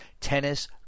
Tennis